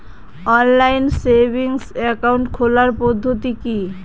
Online savings account খোলার পদ্ধতি কি?